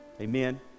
Amen